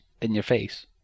in-your-face